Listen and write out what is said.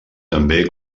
també